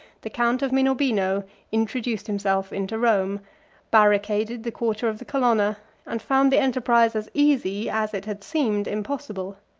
the count of minorbino introduced himself into rome barricaded the quarter of the colonna and found the enterprise as easy as it had seemed impossible.